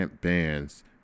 bands